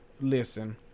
Listen